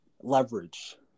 leverage